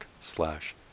slash